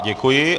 Děkuji.